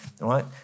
Right